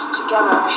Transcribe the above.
together